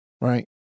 Right